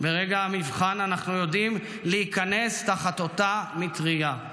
ברגע המבחן אנחנו יודעים להיכנס תחת אותה מטרייה,